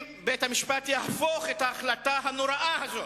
האם בית-המשפט יהפוך את ההחלטה הנוראה הזאת,